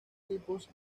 tipos